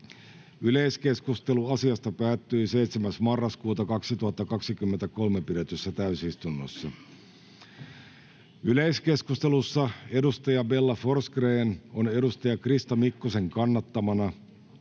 Yleiskeskustelu asiasta päättyi 7.11.2023 pidetyssä täysistunnossa. Yleiskeskustelussa Bella Forsgrén on Krista Mikkosen kannattamana